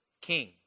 king